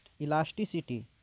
elasticity